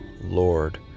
Lord